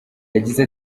yagize